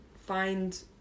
find